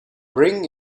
bring